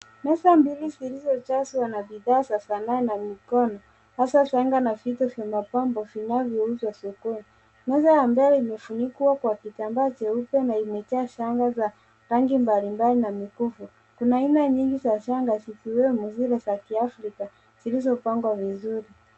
Meza mbili zilizojazwa na bidhaa za sanaa na mikono labda shanga na vito vya mapambo vinavyouzwa sokoni. Meza ya mbele imefunikwa kwa kitambaa cheupe na imejaa shanga za rangi mbalimbali na mikufu. Kuna aina nyingi za shanga zikiwemo zile za kiafrika zilizopangwa vizuri.